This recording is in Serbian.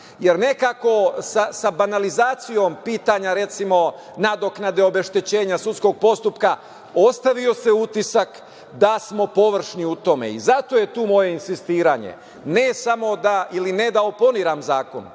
pitanja. Nekako, sa banalizacijom pitanja, recimo, nadoknade obeštećenja sudskog postupka, ostavio se utisak da smo površni u tome i zato je tu moje insistiranje, ne samo da ili ne da oponiram zakon,